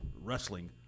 wrestling